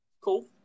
cool